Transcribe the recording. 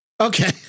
Okay